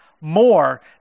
more